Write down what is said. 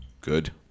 Good